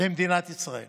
במדינת ישראל